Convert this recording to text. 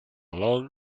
long